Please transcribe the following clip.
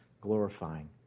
glorifying